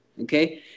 okay